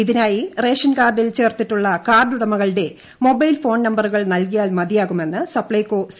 ഇതിനായി റേഷൻകാർഡിൽ ചേർത്തിട്ടുളള കാർഡുടമകളുടെ മൊബൈൽ ഫോൺ നമ്പറുകൾ നൽകിയാൽ മതിയാകുമെന്ന് സപ്ലൈകോ സി